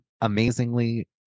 amazingly